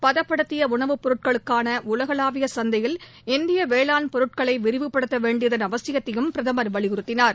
பதப்படுத்தியஉணவுப் பொருட்களுக்கானஉலகளாவியசந்தையில் இந்தியவேளாண் பொருட்களைவிரிவுபடுத்தவேண்டியதன் அவசியத்தையும் பிரதமர் வலியுறுத்தினார்